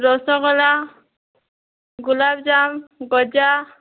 ରସଗୋଲା ଗୁଲାପଯାମ ଗଜା